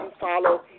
follow